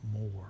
more